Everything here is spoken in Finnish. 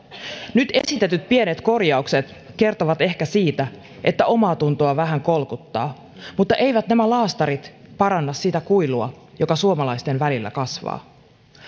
nyt esitetyt pienet korjaukset kertovat ehkä siitä että omaatuntoa vähän kolkuttaa mutta eivät nämä laastarit paranna sitä kuilua joka suomalaisten välillä kasvaa